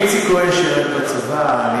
איציק כהן שירת בצבא.